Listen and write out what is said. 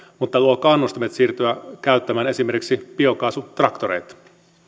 mutta luo kannustimet siirtyä käyttämään esimerkiksi biokaasutraktoreita